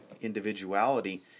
individuality